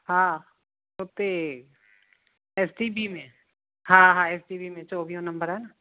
हा हुते S T B में हा हा एस टी बी में चोवीहो नम्बर आहे न